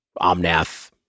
Omnath